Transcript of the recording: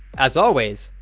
as always,